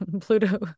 Pluto